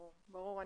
ברור,